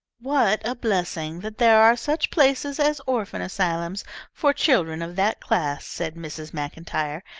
what a blessing that there are such places as orphan asylums for children of that class, said mrs. maclntyre,